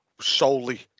solely